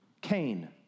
Cain